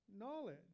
knowledge